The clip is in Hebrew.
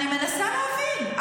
אני מנסה להבין.